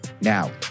Now